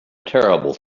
terrible